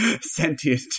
sentient